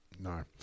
No